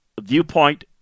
viewpoint